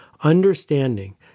Understanding